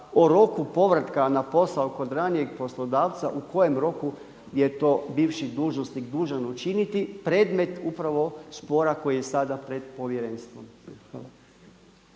o roku povratka na posao kod ranijeg poslodavca u kojem roku je to bivši dužnosnik dužan učiniti predmet upravo spora koji je sada pred povjerenstvom.